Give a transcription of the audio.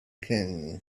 kings